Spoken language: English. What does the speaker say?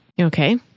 Okay